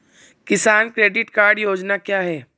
किसान credit card योजना क्या है?